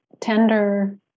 tender